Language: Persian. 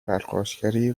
پرخاشگری